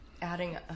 Adding